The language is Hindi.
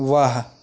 वाह